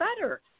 better